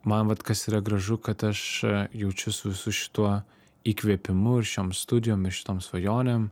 man vat kas yra gražu kad aš jaučiu su visu šituo įkvėpimu ir šiom studijom ir šitom svajonėm